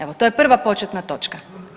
Eto, to je prva početna točka.